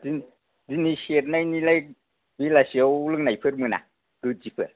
दिनै सेरनायनिलाय बेलासिआव लोंनायफोर मोना गोदिफोर